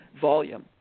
volume